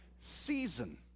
Season